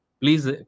please